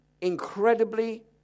incredibly